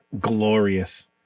glorious